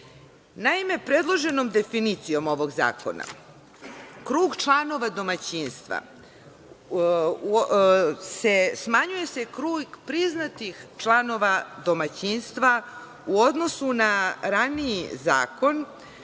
Naime, predloženom definicijom ovog zakona, krug članova domaćinstva, smanjuje se krug priznatih članova domaćinstva u odnosu na raniji Zakona,